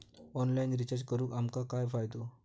Online recharge करून आमका काय फायदो?